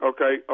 Okay